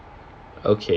okay